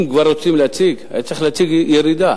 אם כבר רוצים להציג, היה צריך להציג ירידה.